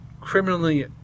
criminally